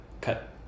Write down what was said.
cut